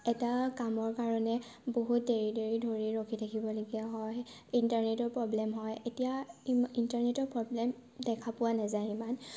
এটা কামৰ কাৰণে বহুত দেৰি দেৰি ধৰি ৰখি থাকিবলগীয়া হয় ইণ্টাৰনেটৰ প্ৰব্লেম হয় এতিয়া ইণ্টাৰনেটৰ প্ৰব্লেম দেখা পোৱা নাযায় ইমান